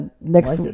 next